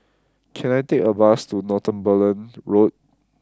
can I take a bus to Northumberland Road